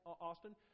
Austin